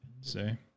say